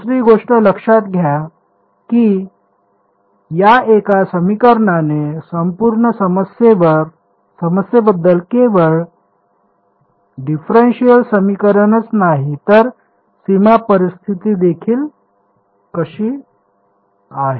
दुसरी गोष्ट लक्षात घ्या की या एका समीकरणाने संपूर्ण समस्येबद्दल केवळ डिफरन्शिअल समीकरणच नाही तर सीमा परिस्थिती देखील कशी आहे